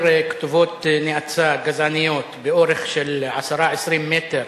כתובות נאצה גזעניות באורך של 10 20 מטר